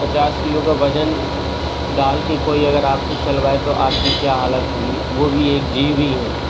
पचास किलो का वज़न डाल के कोई अगर आप से चलवाए तो आपकी क्या हालत होगी वो भी एक जीव ही हैं